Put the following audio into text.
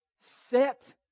Set